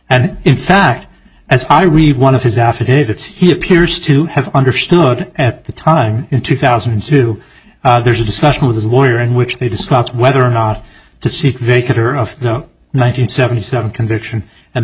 and in fact as i read one of his affidavits he appears to have understood at the time in two thousand and two there's a discussion with his lawyer in which they discussed whether or not to seek vicar of the nine hundred seventy seven conviction and the